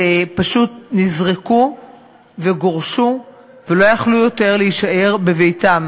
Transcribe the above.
שפשוט נזרקו וגורשו ולא יכלו להישאר בביתם